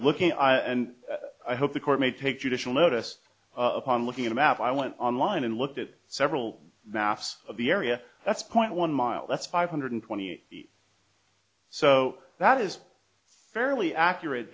looking i and i hope the court made picture additional notice upon looking at a map i went online and looked at several maps of the area that's point one mile that's five hundred twenty feet so that is fairly accurate